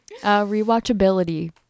Rewatchability